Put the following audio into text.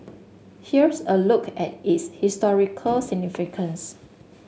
here's a look at its historical significance